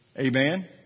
Amen